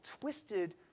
twisted